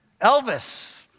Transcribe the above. Elvis